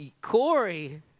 Corey